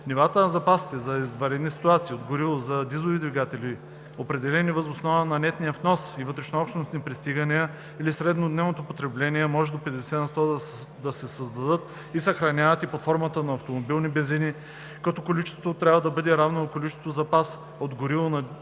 Нивата на запасите за извънредни ситуации от гориво за дизелови двигатели, определени въз основа на нетния внос и вътрешнообщностни пристигания или среднодневното потребление, може до 50 на сто да се създават и съхраняват и под формата на автомобилни бензини, като количеството трябва да бъде равно на количеството запас от гориво за дизелови